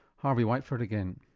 harvey whiteford again.